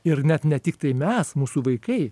ir net ne tiktai mes mūsų vaikai